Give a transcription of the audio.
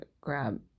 grab